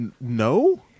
no